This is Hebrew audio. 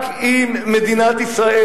רק אם מדינת ישראל,